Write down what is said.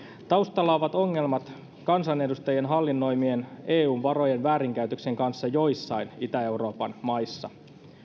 taustalla ovat ongelmat kansanedustajien hallinnoimien eun varojen väärinkäytöksien kanssa joissain itä euroopan maissa